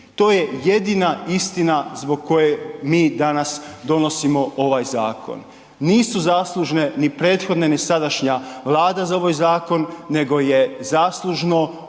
To je jedina istina zbog koje mi danas donosimo ovaj zakon. Nisu zaslužne ni prethodne ni sadašnja Vlada za ovaj zakon nego je zaslužno